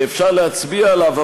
שאפשר להצביע עליו.